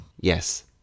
Yes